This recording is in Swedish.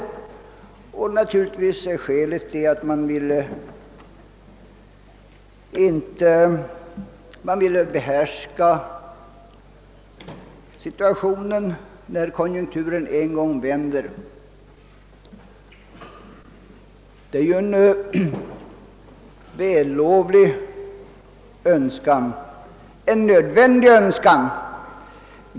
Skälet är naturligtvis att regeringen vill behärska situationen när konjunkturen en gång vänder, och det är ju vällovligt och nödvändigt.